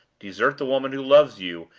desert the woman who loves you,